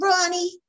Ronnie